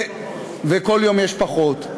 וכל יום יש פחות.